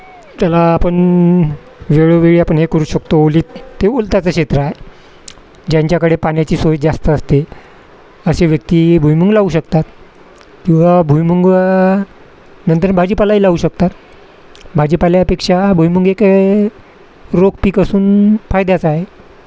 त्याला आपण वेळोवेळी आपण हे करू शकतो ओलीत ते ओलताचं क्षेत्र आहे ज्यांच्याकडे पाण्याची सोयी जास्त असते असे व्यक्ती भुईमुग लावू शकतात किंवा भुईमुग नंतर भाजीपालाही लावू शकतात भाजीपाल्यापेक्षा भुईमुग एक रोख पीक असून फायद्याचं आहे